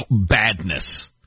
badness